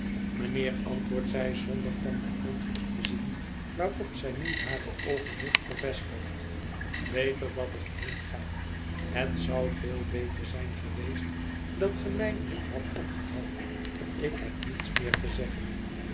mijnheer antwoordt zij zonder van den grond op te zien waarop zij nu hare oogen heeft gevestigd beter dat ik heenga het zou veel beter zijn geweest dat ge mij niet hadt opgehouden ik heb niets meer te zeggen